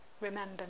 remember